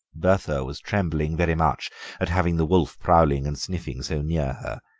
bertha was trembling very much at having the wolf prowling and sniffing so near her,